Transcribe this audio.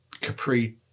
Capri